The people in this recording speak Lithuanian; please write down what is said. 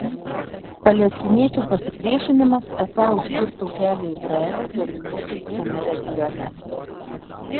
palestiniečių pasipriešinimas esą užkirto kelią izraeliui dominuoti visame regione